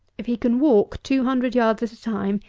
if he can walk two hundred yards at a time,